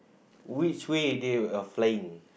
which way they are flying